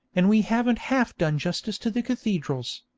and we haven't half done justice to the cathedrals.